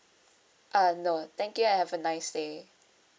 uh no thank you and have a nice day